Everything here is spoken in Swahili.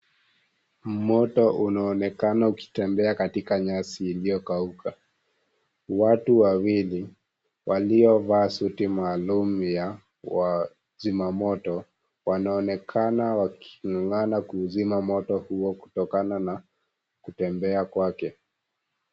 Moto unaonekana ukitembea katika nyasi iliyokauka. Watu wawili waliovaa shati maalum ya wazima moto wanaonekana waking'ang'ana kuuzima moto huo kutokana na kutembea kwake.